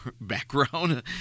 background